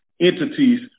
entities